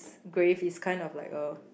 grave is kind of like a